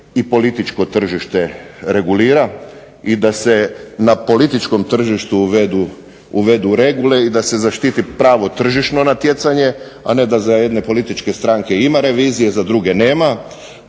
političko tržište regulira i da se na političkom tržištu uvedu regule i da se zaštiti pravo tržišno natjecanje, a ne da za jedne političke stranke ima revizije, za neke nema.